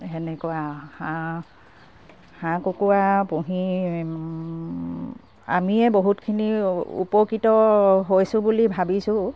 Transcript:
সেনেকুৱা হাঁহ কুকুৰা পুহি আমিয়ে বহুতখিনি উপকৃত হৈছোঁ বুলি ভাবিছোঁ